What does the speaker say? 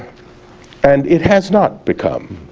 and it has not become,